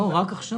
לא, רק עכשיו.